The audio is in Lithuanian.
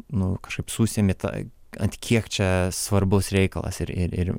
nu kažkaip susimeta ant kiek čia svarbus reikalas ir ir ir